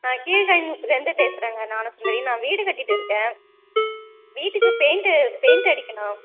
நான் கீழ்தாங்கிக்குப்பத்துலேருந்து பேசுகிறேங்க ஞானசுந்தரி நான் வீடு கட்டிகிட்டு இருக்கேன் வீட்டுக்கு பெயிண்ட்டு பெயிண்ட் அடிக்கணும்